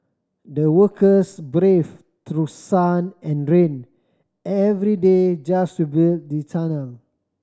the workers brave through sun and rain every day just to build the tunnel